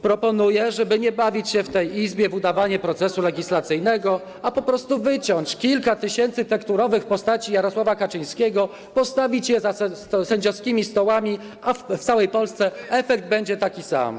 Proponuję, żeby nie bawić się w tej Izbie w udawanie procesu legislacyjnego, a po prostu wyciąć kilka tysięcy tekturowych postaci Jarosława Kaczyńskiego, postawić je za sędziowskimi stołami, a w całej Polsce efekt będzie taki sam.